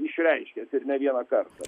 išreiškęs ir ne vieną kartą